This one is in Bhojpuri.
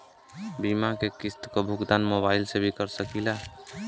बीमा के किस्त क भुगतान मोबाइल से भी कर सकी ला?